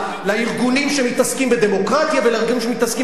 לארגונים שמתעסקים בדמוקרטיה ולארגונים שמתעסקים